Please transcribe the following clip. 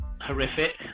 horrific